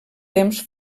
temps